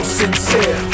sincere